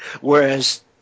whereas